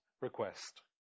request